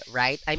right